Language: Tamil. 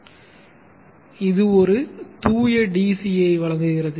இது உயர்தர DC வெளியீட்டாக மாற்றப்படுகிறது இது ஒரு தூய DCயை வழங்குகிறது